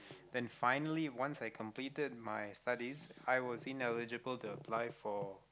then finally once I completed my studies I was ineligible to apply for